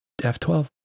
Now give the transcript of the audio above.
F12